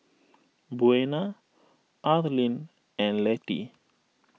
Buena Arleen and Letty